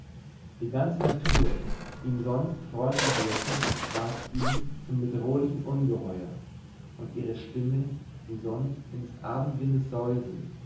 die ganze natur ihm sonst freundlich lächelnd ward ihm zum bedrohlichen ungeheuer und ihre stimme die sonst in des